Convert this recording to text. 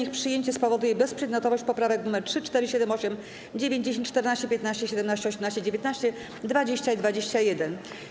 Ich przyjęcie spowoduje bezprzedmiotowość poprawek 3., 4., 7., 8., 9., 10., 14., 15., 17., 18., 19., 20. i 21.